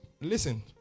Listen